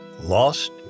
lost